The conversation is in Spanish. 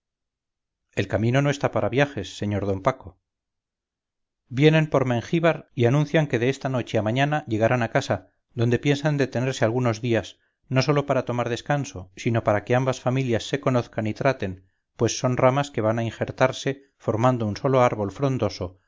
el camino no está para viajes sr d paco vienen por mengíbar y anuncian que de estanoche a mañana llegarán a casa donde piensan detenerse algunos días no sólo para tomar descanso sino para que ambas familias se conozcan y traten pues son ramas que van a injertarse formando un solo árbol frondoso